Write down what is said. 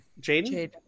Jaden